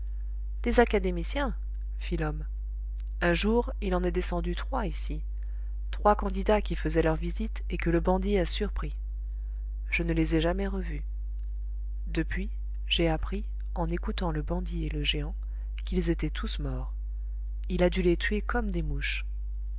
des académiciens fit l'homme un jour il en est descendu trois ici trois candidats qui faisaient leur visite et que le bandit a surpris je ne les ai jamais revus depuis j'ai appris en écoutant le bandit et le géant qu'ils étaient tous morts il a dû les tuer comme des mouches